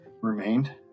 remained